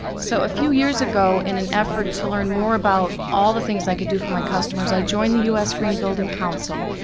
so a few years ago in an effort to learn more about all the things i could do for my customers i joined the u s. green building council,